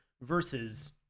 versus